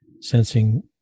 sensing